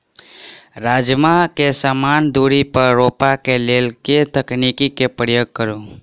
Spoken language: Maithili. राजमा केँ समान दूरी पर रोपा केँ लेल केँ तकनीक केँ प्रयोग करू?